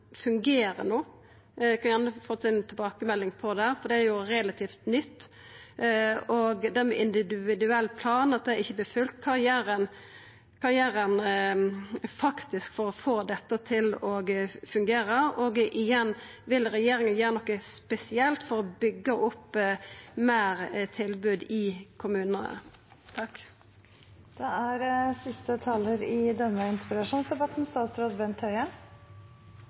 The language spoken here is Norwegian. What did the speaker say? jo relativt nytt. Når det gjeld individuell plan, at det ikkje vert følgt – kva gjer ein for å få dette til faktisk å fungera? Og igjen: Vil regjeringa gjera noko spesielt for å byggja opp meir tilbod i kommunane?